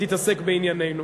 תתעסק בעניינינו.